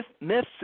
myths